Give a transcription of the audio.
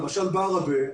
בעראבה,